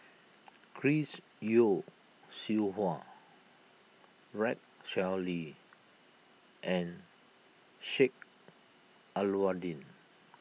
Chris Yeo Siew Hua Rex Shelley and Sheik Alau'ddin